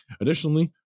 Additionally